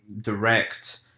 direct